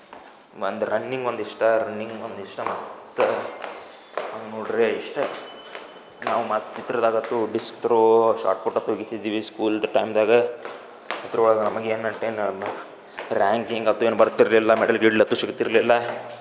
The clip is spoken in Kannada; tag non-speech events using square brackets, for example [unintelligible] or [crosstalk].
ಒಂದು ರನ್ನಿಂಗ್ ಒಂದು ಇಷ್ಟ ರನ್ನಿಂಗ್ ಒಂದು ಇಷ್ಟ ಮತ್ತು ಹಂಗ್ ನೋಡ್ದ್ರೆ ಇಷ್ಟ ನಾವು ಮತ್ತು [unintelligible] ಡಿಸ್ಕ್ ತ್ರೋ ಶಾಟ್ ಪುಟ್ [unintelligible] ಸ್ಕೂಲ್ದ ಟೈಮ್ದಾಗ ಅದ್ರೊಳಗೆ ನಮಗೇನು [unintelligible] ರ್ಯಾಂಕ್ ಗೀಂಕ್ ಅಂತ ಏನೂ ಬರ್ತಿರಲಿಲ್ಲ ಮೆಡಲ್ ಗಿಡಲ್ ಅಂತೂ ಸಿಗ್ತಿರಲಿಲ್ಲ